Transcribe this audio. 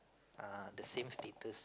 uh the same status